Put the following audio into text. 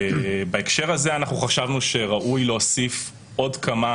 בהקשר הזה חשבנו שראוי להוסיף עוד כמה